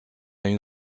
une